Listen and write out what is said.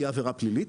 תהיה עבירה פלילית,